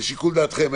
לשיקול דעתכם.